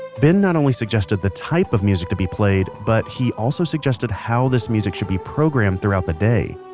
ben not only suggested the type of music to be played, but he also suggested how this music should be programmed throughout the day.